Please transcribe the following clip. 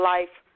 Life